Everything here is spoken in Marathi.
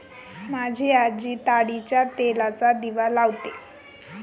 माझी आजी ताडीच्या तेलाचा दिवा लावते